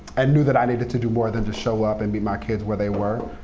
and knew that i needed to do more than just show up and meet my kids where they were.